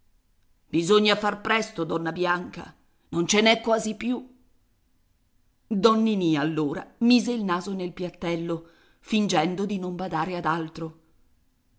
bisogna far presto donna bianca non ce n'è quasi più don ninì allora mise il naso nel piattello fingendo di non badare ad altro